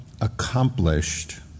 accomplished